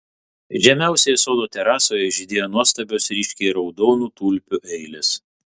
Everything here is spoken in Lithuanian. žemiausioje sodo terasoje žydėjo nuostabios ryškiai raudonų tulpių eilės